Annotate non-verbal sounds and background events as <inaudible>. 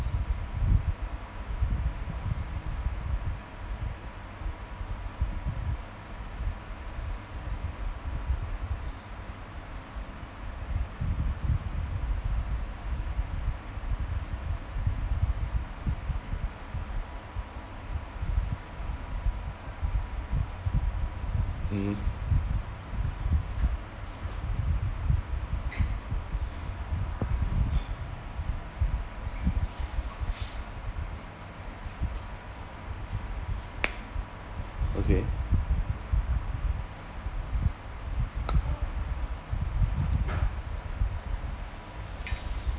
<noise> mm okay